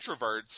introverts